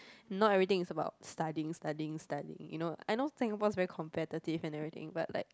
not everything is about studying studying studying you know I know Singapore's very competitive and everything but like